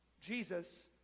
Jesus